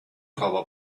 дрова